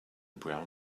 brown